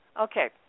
Okay